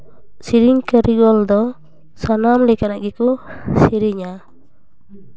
ᱥᱮᱨᱮᱧ ᱠᱟᱹᱨᱤᱜᱚᱞ ᱫᱚ ᱥᱟᱱᱟᱢ ᱞᱮᱠᱟᱱᱟᱜ ᱜᱮᱠᱚ ᱥᱮᱨᱮᱧᱟ